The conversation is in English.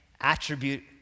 attribute